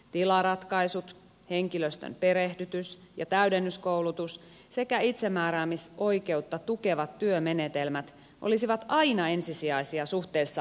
tilaratkaisut henkilöstön perehdytys ja täydennyskoulutus sekä itsemääräämisoikeutta tukevat työmenetelmät olisivat aina ensisijaisia suhteessa rajoitustoimenpiteiden käyttöön